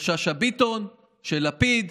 של שאשא ביטון, של לפיד,